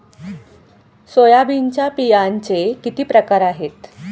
सोयाबीनच्या बियांचे किती प्रकार आहेत?